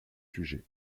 sujets